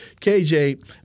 KJ